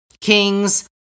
kings